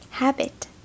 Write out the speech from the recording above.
habit